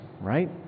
right